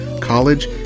college